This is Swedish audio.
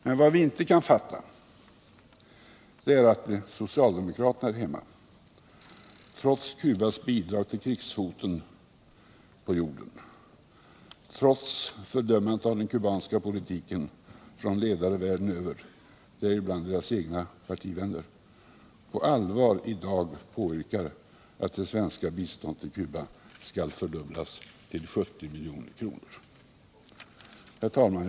Men vad vi icke kan fatta är att socialdemokraterna här hemma trots Cubas bidrag till krigshoten på jorden, trots fördömandet av den kubanska politiken från ledare världen över, däribland deras egna partivänner, på allvar i dag påyrkar att det svenska biståndet till Cuba skall fördubblas till 70 milj.kr. Herr talman!